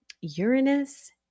Uranus